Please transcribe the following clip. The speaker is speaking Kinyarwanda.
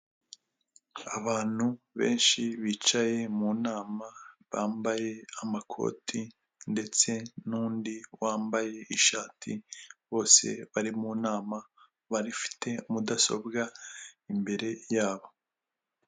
Abantu benshi bicaye mu nama bambaye amakoti, ndetse nundi wambaye ishati bose bari mu nama barifite mudasobwa imbere yabo.